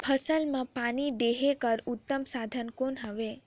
फसल मां पानी देहे के उत्तम साधन कौन हवे?